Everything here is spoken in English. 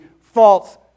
false